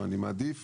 ואני מעדיף